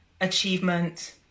achievement